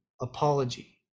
apology